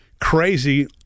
crazy